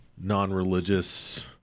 non-religious